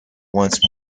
once